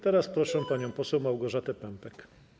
Teraz proszę panią poseł Małgorzatę Pępek.